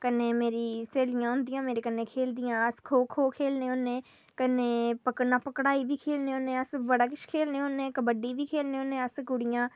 ते कन्ने मेरियां स्हेलियां होदिंयां मेरे कन्नै खेढदियां ते अस खो खो खेढने होन्ने कन्नै पकड़ना पकड़ाई बी खेढने होन्ने कन्ने अस बड़ा किश खेढने होन्ने कबड्डी बी खेढने होन्ने अस कुड़ियां